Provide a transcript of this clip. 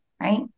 right